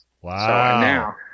Wow